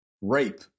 Rape